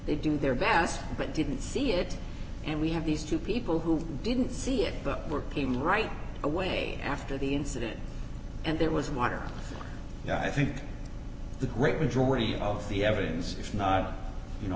they do their bass but didn't see it and we have these two people who didn't see it but were paying right away after the incident and there was water you know i think the great majority of the evidence if not you know